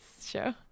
show